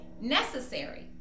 necessary